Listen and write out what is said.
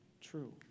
true